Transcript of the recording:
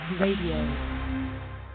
RADIO